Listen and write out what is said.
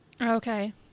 Okay